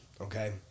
Okay